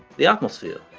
the atmosphere,